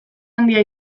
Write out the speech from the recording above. handia